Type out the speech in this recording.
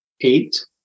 eight